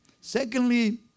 Secondly